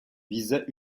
visait